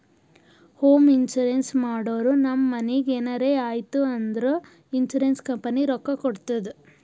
home insurance ಮಾಡುರ್ ನಮ್ ಮನಿಗ್ ಎನರೇ ಆಯ್ತೂ ಅಂದುರ್ ಇನ್ಸೂರೆನ್ಸ್ ಕಂಪನಿ ರೊಕ್ಕಾ ಕೊಡ್ತುದ್